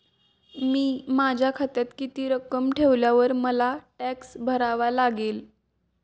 मी माझ्या खात्यात किती रक्कम ठेवल्यावर मला टॅक्स भरावा लागेल?